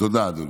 תודה, אדוני.